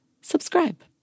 subscribe